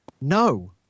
no